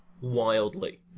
Wildly